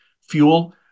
fuel